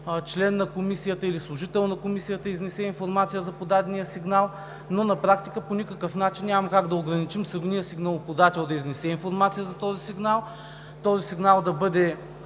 член на Комисията или служител на Комисията изнесе информация за подадения сигнал. Но на практика по никакъв начин няма как да ограничим самия сигналоподател да изнесе информация за този сигнал, този сигнал да бъде